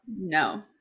No